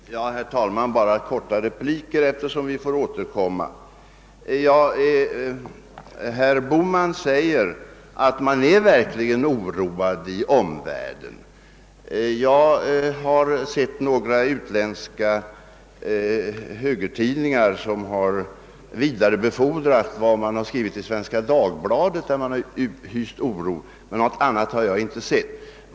Herr talman! Jag skall nöja mig med några korta repliker eftersom vi får tillfälle att återkomma. Herr Bohman säger att man verkligen är oroad i omvärlden. Jag har sett några utländska högertidningar som har vidarebefordrat vad man har skrivit i Svenska Dagbladet, där man hyst oro, men något annat har jag inte sett.